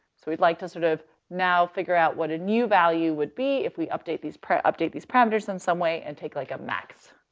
so we'd like to sort of now figure out what a new value would be if we update these, update these parameters in some way and take like a max.